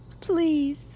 Please